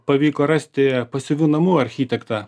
pavyko rasti pasyvių namų architektą